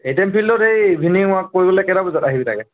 এ T M ফিল্ডত এই evening walk কৰিবলৈ কেইটা বজাত আহিবি তাকে